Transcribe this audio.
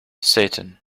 satan